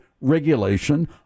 regulation